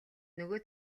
нөгөө